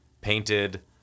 painted